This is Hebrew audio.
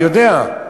אני יודע.